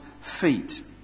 feet